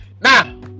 now